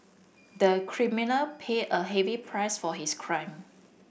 the criminal paid a heavy price for his crime